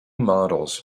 models